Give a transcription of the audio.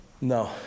No